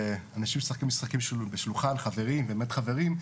אנשים משחקים משחקים בשולחן חברי והם באמת חברים,